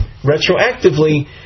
retroactively